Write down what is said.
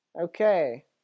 Okay